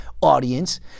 audience